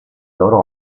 loro